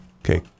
Okay